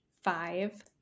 five